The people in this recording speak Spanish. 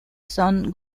son